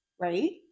right